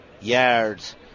yards